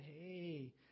Hey